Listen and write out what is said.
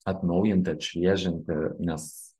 atnaujinti atšviežinti nes